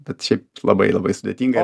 bet šiaip labai labai sudėtinga